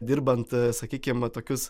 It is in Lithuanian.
dirbant sakykim va tokius